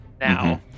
now